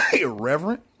irreverent